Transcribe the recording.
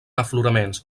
afloraments